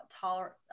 tolerant